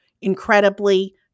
incredibly